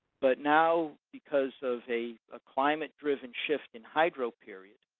but now, because of a ah climate driven shift in hydroperiod,